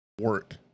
work